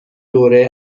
دوره